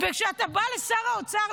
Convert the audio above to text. וכשאתה בא לשר האוצר,